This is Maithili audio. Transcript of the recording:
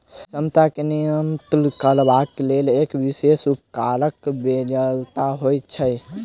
क्षमता के नियंत्रित करबाक लेल एक विशेष उपकरणक बेगरता होइत छै